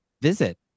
visit